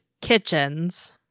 kitchens